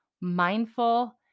mindful